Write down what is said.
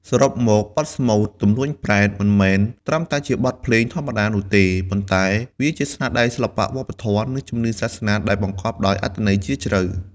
សរុបមក បទស្មូត ទំនួញប្រេត មិនមែនត្រឹមតែជាបទភ្លេងធម្មតានោះទេ ប៉ុន្តែជាស្នាដៃសិល្បៈវប្បធម៌ និងជំនឿសាសនាដែលបង្កប់ដោយអត្ថន័យជ្រាលជ្រៅ។